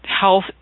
health